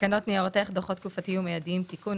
תקנות ניירות-ערך (דו"חות תקופתיים ומיידיים) (תיקון),